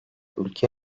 ülke